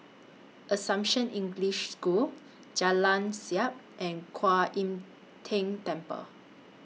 Assumption English School Jalan Siap and Kwan Im Tng Temple